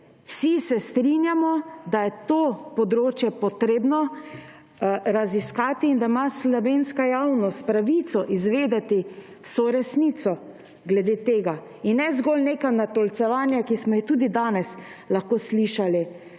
Vsi se strinjamo, da je to področje potrebno raziskati in da ima slovenska javnost pravico izvedeti vso resnico glede tega in ne zgolj neka natolcevanja, ki smo jih tudi danes lahko slišali